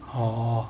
orh